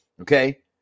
Okay